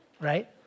right